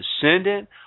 descendant